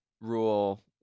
rule